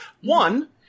One